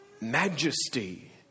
majesty